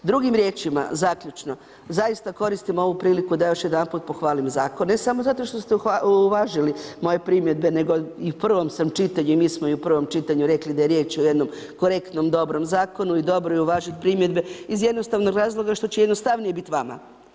Drugim riječima, zaključno, zaista koristim ovu priliku da još jedanput pohvalim zakone ne samo zato što ste uvažili moje primjedbe nego i u prvom sam čitanju i mi smo i u prvom čitanju rekli da je riječ o jednom korektnom, dobrom zakonu i dobro je uvažiti primjedbe iz jednostavnog razloga što će jednostavnije biti vama.